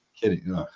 Kidding